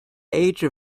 age